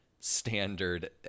standard